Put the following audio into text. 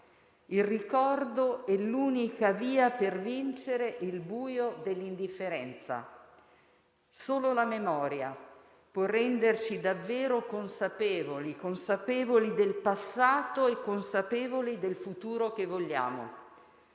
Il ricordo è l'unica via per vincere il buio dell'indifferenza. Solo la memoria può renderci davvero consapevoli; consapevoli del passato e consapevoli del futuro che vogliamo.